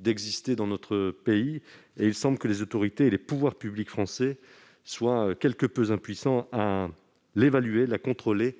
d'exister dans notre pays, et il semble que les autorités et les pouvoirs publics français soient quelque peu impuissants à l'évaluer, à la contrôler,